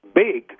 big